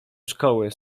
szkoły